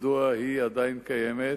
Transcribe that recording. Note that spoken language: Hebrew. מדוע היא עדיין קיימת.